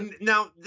now